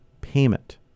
payment